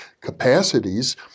capacities